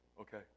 Okay